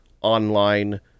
online